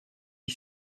dix